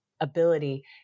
ability